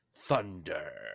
thunder